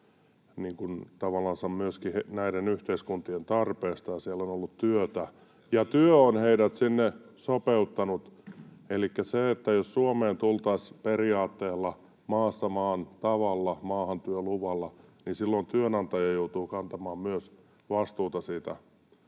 tavallansa myöskin näiden yhteiskuntien tarpeesta. Siellä on ollut työtä, ja työ on heidät sinne sopeuttanut. Elikkä jos Suomeen tultaisiin periaatteella maassa maan tavalla, maahan työluvalla, niin silloin työnantaja joutuu kantamaan myös vastuuta siitä